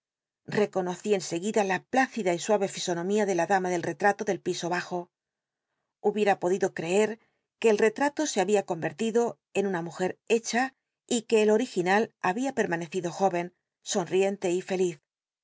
reconoci en seguida la pl icida y umc lisonomia de la dama delrehato del piso bajo llubicra podido crcci iue el reh ilo se había coiwcrlido en una mujer hecha y que el original había permanecido jó en sonriente y feliz